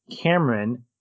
Cameron